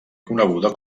conegut